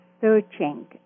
searching